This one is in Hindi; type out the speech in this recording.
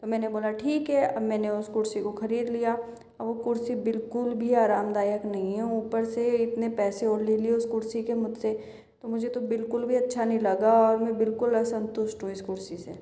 तो मैंने बोला ठीक है अब मैंने उस कुर्सी को खरीद लिया अब वो कुर्सी बिल्कुल भी आरामदायक नहीं है ऊपर से इतने पैसे और ले लिये उस कुर्सी के मुझसे तो मुझे तो बिल्कुल भी अच्छा नहीं लगा और मैं बिल्कुल असंतुष्ट हूँ इस कुर्सी से